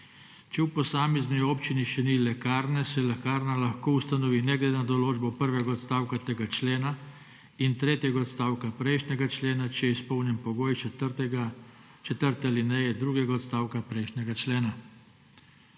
»Če v posamezni občini še ni lekarne, se lekarna lahko ustanovi ne glede na določbo prvega odstavka tega člena in tretjega odstavka prejšnjega člena, če je izpolnjen pogoj iz četrte alineje drugega odstavka prejšnjega člena«.